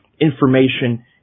information